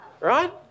Right